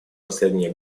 последние